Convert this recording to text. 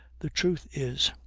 the truth is,